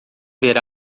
ver